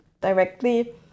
directly